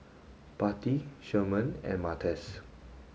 Patti Sherman and Martez